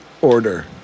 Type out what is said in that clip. order